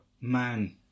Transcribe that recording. Man